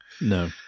No